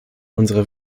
unserer